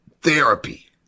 therapy